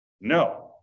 No